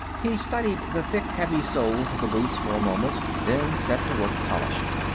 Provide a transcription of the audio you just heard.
he studied the thick, heavy soles of the boots for a moment, then set to work polishing.